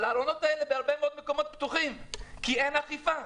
אבל הארונות האלה פתוחים בהרבה מאוד מקומות כי אין אכיפה.